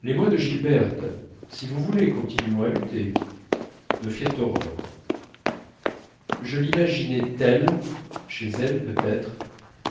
les mots de gilberte si vous voulez continuons à lutter me firent horreur je l'imaginai telle chez elle peut-être